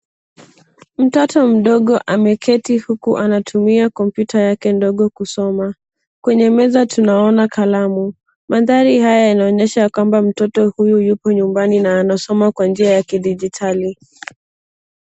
Mtoto mdogo ameketi huku anatumia kompyuta yake kusoma. Kwenye meza tunaona kalamu. Mandhari haya yanaonyesha kwamba mtoto huyu yuko nyumbani na anasoma kwa njia ya kidijitali.